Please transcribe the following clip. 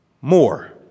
More